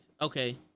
okay